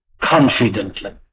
confidently